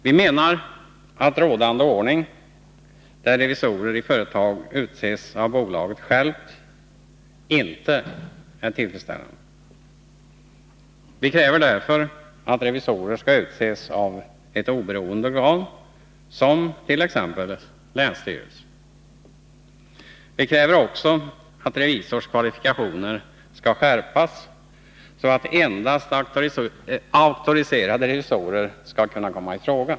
Vi menar att rådande ordning, där revisor i företag utses av bolaget självt, inte är tillfredsställande. Vi kräver därför att revisor skall utses av ett oberoende organ, t.ex. länsstyrelse. Vi kräver också att kraven på en revisors kvalifikationer skall skärpas så att endast auktoriserade revisorer skall kunna komma i fråga.